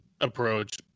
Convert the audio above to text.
approach